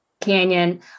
Canyon